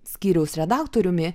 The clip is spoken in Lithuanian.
skyriaus redaktoriumi